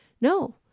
No